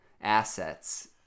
assets